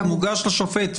הוא מוגש לשופט,